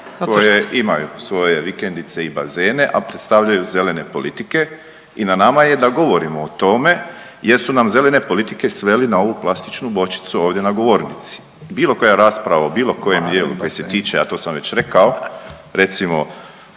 koje imaju svoje vikendice i bazene, a predstavljaju zelene politike i na nama je da govorimo o tome jer su nam zelene politike sveli na ovu plastičnu bočicu ovdje na govornici. Bilo koja rasprava o bilo kojem dijelu koji se tiče, a to sam već rekao, recimo